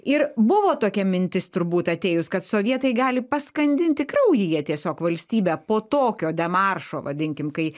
ir buvo tokia mintis turbūt atėjus kad sovietai gali paskandinti kraujyje tiesiog valstybę po tokio demaršo vadinkim kai